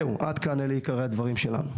זהו, עד כאן אלה עיקרי הדברים שלנו.